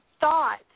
thought